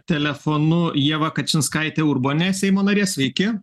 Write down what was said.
telefonu ieva kačinskaitė urbonė seimo narė sveiki